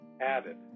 Added